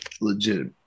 legit